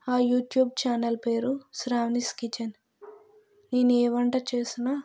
ఆ YouTube channel పేరు Shravani's kitchen నేను ఏ వంట చేసినా